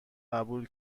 قبول